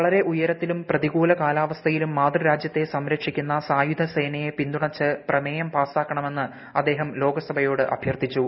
വളരെ ഉയരത്തിലും പ്രതികൂല കാലാവസ്ഥയിലും മാതൃരാജ്യത്തെ സംരക്ഷിക്കുന്ന സായുധ സേനയെ പിന്തുണച്ച് പ്രമേയം പാസാക്കണമെന്ന് അദ്ദേഹം ലോക് സഭയോട് അഭ്യർത്ഥിച്ചു